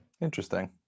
Interesting